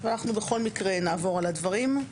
אנחנו בכל מקרה נעבור על הדברים.